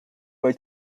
way